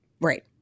Right